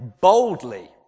boldly